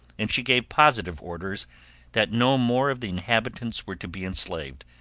and she gave positive orders that no more of the inhabitants were to be enslaved,